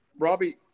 Robbie